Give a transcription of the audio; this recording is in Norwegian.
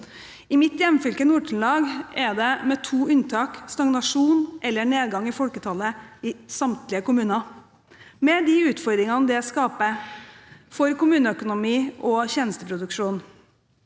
I mitt hjemfylke, Nord-Trøndelag, er det med to unntak stagnasjon eller nedgang i folketallet i samtlige kommuner, med de utfordringene det skaper for kommuneøkonomi og tjenesteproduksjon.